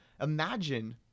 imagine